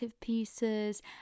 pieces